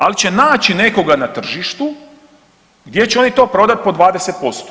Ali će naći nekoga na tržištu gdje će oni to prodati po 20%